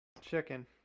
Chicken